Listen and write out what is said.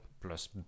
plus